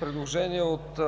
Предложение от